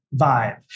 vibe